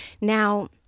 Now